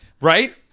Right